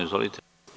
Izvolite.